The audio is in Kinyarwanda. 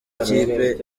kipe